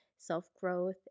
self-growth